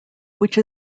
which